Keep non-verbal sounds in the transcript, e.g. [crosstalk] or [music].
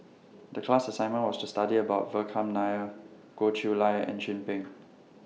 The class assignment was to study about Vikram Nair Goh Chiew Lye and Chin Peng [noise]